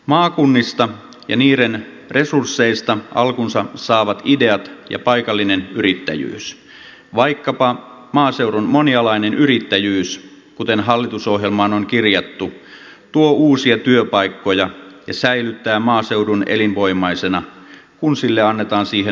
maakunnista ja niiden resursseista alkunsa saavat ideat ja paikallinen yrittäjyys vaikkapa maaseudun monialainen yrittäjyys kuten hallitusohjelmaan on kirjattu tuovat uusia työpaikkoja ja säilyttävät maaseudun elinvoimaisena kun niille annetaan mahdollisuus